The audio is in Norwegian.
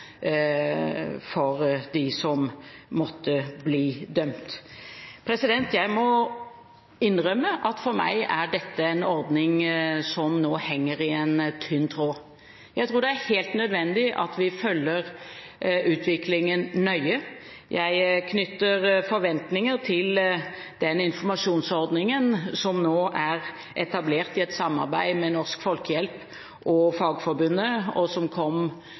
for dem som måtte bli dømt. Jeg må innrømme at for meg er dette en ordning som nå henger i en tynn tråd. Jeg tror det er helt nødvendig at vi følger utviklingen nøye. Jeg knytter forventninger til den informasjonsordningen som nå er etablert i et samarbeid med Norsk Folkehjelp og Fagforbundet, og som kom